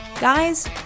Guys